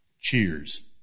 cheers